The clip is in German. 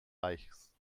reichs